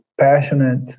passionate